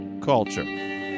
culture